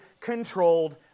controlled